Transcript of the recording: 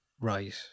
right